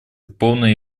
полной